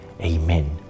Amen